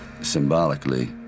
symbolically